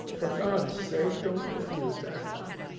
for god's sake, don't refuse to answer me.